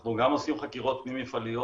אנחנו גם עושים חקירות פנים מפעליות,